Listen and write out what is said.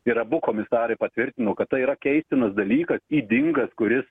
ir abu komisarai patvirtino kad tai yra keistinas dalykas ydingas kuris